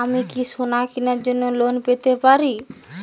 আমি কি সোনা কেনার জন্য লোন পেতে পারি?